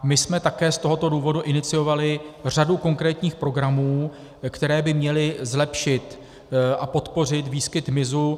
My jsme také z tohoto důvodu iniciovali řadu konkrétních programů, které by měly zlepšit a podpořit výskyt hmyzu.